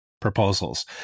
proposals